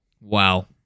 Wow